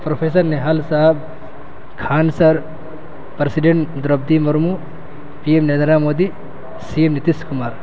professor Nihal صاحب Khan sir president Draupadi Murmu P M Narendra Modi C M Nitish Kumar